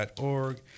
org